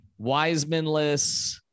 Wisemanless